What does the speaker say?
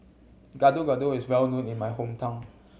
Gado Gado is well known in my hometown